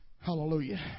Hallelujah